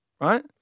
right